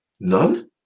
None